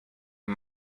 you